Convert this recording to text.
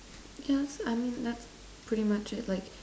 yeah I mean that's pretty much it like